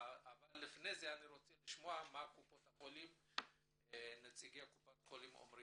אבל לפני כן אני רוצה לשמוע מנציגי קופות החולים.